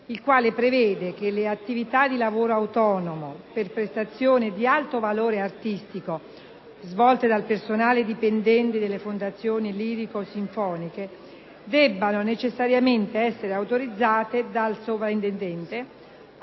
il quale prevede che le attività di lavoro autonomo per prestazioni di alto valore artistico svolte dal personale dipendente delle fondazioni lirico-sinfoniche debbano necessariamente essere autorizzate dal sovrintendente,